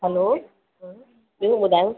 हलो ॿियो ॿुधायो